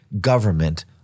government